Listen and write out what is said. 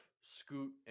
Scoot